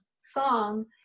song